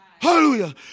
Hallelujah